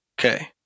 Okay